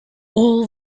all